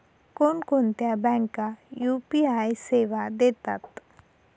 कोणकोणत्या बँका यू.पी.आय सेवा देतात?